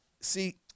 See